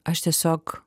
aš tiesiog